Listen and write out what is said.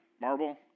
marble